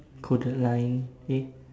kodaline eh